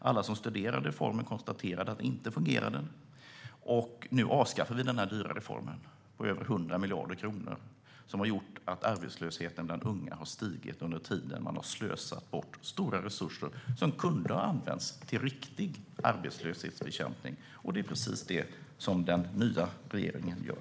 Alla som studerade reformen konstaterade att den inte fungerade, och nu avskaffar vi denna mycket dyra reform som kostar över 100 miljarder kronor och som har gjort att arbetslösheten bland unga har stigit under den tid som man har slösat bort stora resurser som kunde ha använts till riktig arbetslöshetsbekämpning. Det är precis det som den nya regeringen gör.